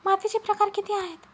मातीचे प्रकार किती आहेत?